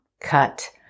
cut